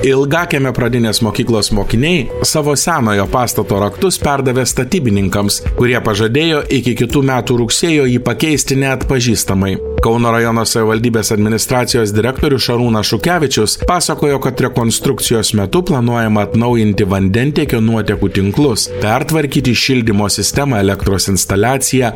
ilgakiemio pradinės mokyklos mokiniai savo senojo pastato raktus perdavė statybininkams kurie pažadėjo iki kitų metų rugsėjo jį pakeisti neatpažįstamai kauno rajono savivaldybės administracijos direktorius šarūnas šukevičius pasakojo kad rekonstrukcijos metu planuojama atnaujinti vandentiekio nuotekų tinklus pertvarkyti šildymo sistemą elektros instaliaciją